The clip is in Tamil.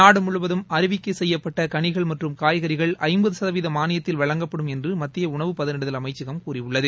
நாடு முழுவதும் அறிவிக்கை செய்யப்பட்ட கனிகள் மற்றும் காய்கறிகள் ஐம்பது சதவிகித மானியத்தில் வழங்கப்படும் என்று மத்திய உணவு பதனிடுதல் அமைச்சகம் கூறியுள்ளது